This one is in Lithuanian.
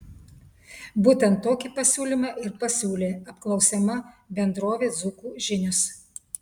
būtent tokį pasiūlymą ir pasiūlė apklausiama bendrovė dzūkų žinios